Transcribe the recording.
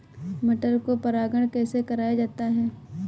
मटर को परागण कैसे कराया जाता है?